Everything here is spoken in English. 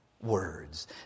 Words